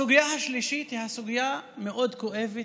הסוגיה השלישית היא סוגיה מאוד כואבת.